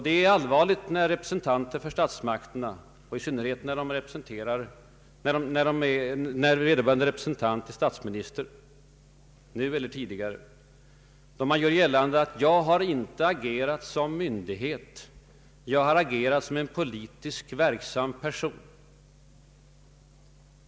Det är allvarligt när en representant för statsmakterna — i synnerhet då vederbörande är statsminister, nu eller tidigare — gör gällande att han vid sådana kontakter inte agerar som myndighet utan som en ”politiskt verksam person”.